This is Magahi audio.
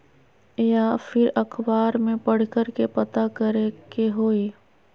या फिर अखबार में पढ़कर के पता करे के होई?